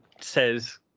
says